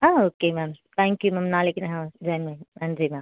ஆ okay ma'am thank you ma'am நாளைக்கு நான் join பண்ணி நன்றி மேம்